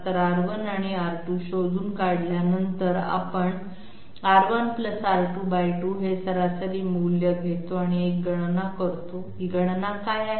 तर R1 आणि R2 शोधून काढल्यानंतर आपण R1 R2 2 हे सरासरी मूल्य घेतो आणि एक गणना करतो ही गणना काय आहे